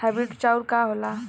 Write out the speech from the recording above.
Hybrid चाउर का होला?